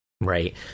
Right